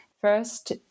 First